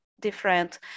different